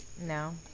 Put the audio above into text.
No